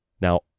Now